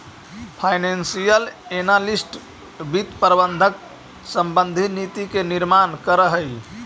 financial analyst वित्त प्रबंधन संबंधी नीति के निर्माण करऽ हइ